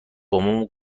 بابامو